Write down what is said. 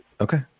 Okay